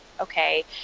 okay